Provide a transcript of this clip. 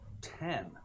Ten